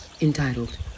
entitled